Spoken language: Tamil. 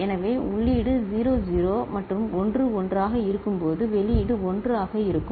எனவே உள்ளீடு 0 0 மற்றும் 1 1 ஆக இருக்கும்போது வெளியீடு 1 ஆக இருக்கும்